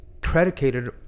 predicated